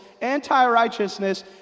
anti-righteousness